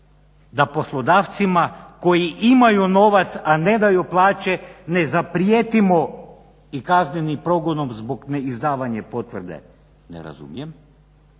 da poslodavcima koji imaju novac a ne daju plaće ne zaprijetimo i kaznenim progonom zbog neizdavanje potvrde ne razumijem,